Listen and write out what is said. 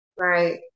right